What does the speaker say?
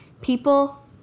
People